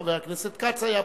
חבר הכנסת כץ היה פה,